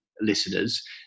listeners